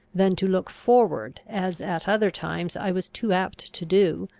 than to look forward, as at other times i was too apt to do,